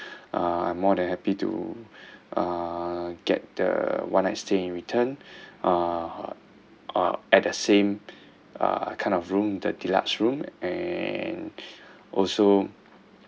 uh I'm more than happy to uh get the one night stay in return uh uh at the same uh kind of room the deluxe room and also